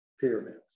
pyramids